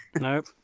Nope